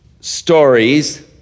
Stories